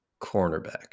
cornerback